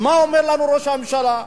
אז מה אומר לנו ראש הממשלה?